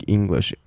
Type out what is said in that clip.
English